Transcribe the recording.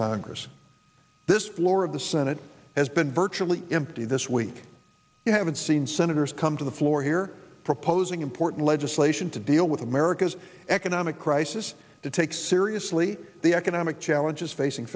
congress this floor of the senate has been virtually empty this week you haven't seen senators come to the floor here proposing important legislation to deal with america's economic crisis to take seriously the economic challenges facing